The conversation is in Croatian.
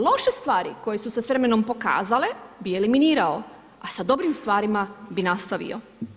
Loše stvari koje su se s vremenom pokazale bi eliminirao, a sa dobrim stvarima bi nastavio.